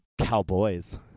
cowboys